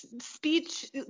speech